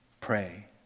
Pray